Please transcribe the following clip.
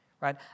right